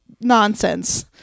nonsense